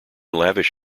lavish